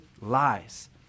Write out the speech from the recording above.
lies